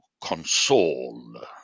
console